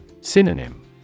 Synonym